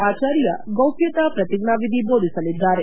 ಆಚಾರ್ಯ ಗೋಪ್ಚತಾ ಪ್ರತಿಜ್ಞಾನಿಧಿ ಬೋಧಿಸಲಿದ್ದಾರೆ